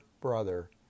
brother